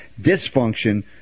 dysfunction